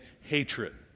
hatred